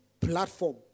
platform